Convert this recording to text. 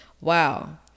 wow